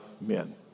men